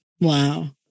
Wow